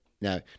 Now